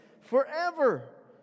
forever